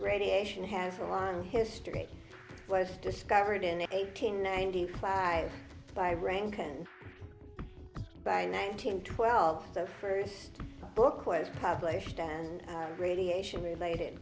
radiation has a long history was discovered in eight hundred ninety five by rank and by nineteen twelve so first book was published and radiation related